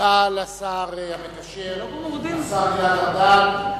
תודה לשר המקשר, השר גלעד ארדן,